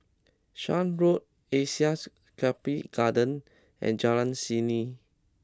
Shan Road Asean Sculpture Garden and Jalan Seni